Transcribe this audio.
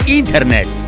internet